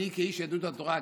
כאיש יהדות התורה,